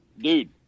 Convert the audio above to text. dude